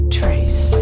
trace